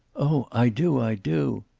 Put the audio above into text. oh, i do, i do!